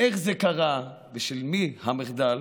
איך זה קרה ושל מי המחדל,